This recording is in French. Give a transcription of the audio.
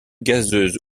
gazeuse